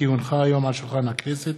כי הונחו היום על שולחן הכנסת,